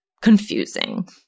confusing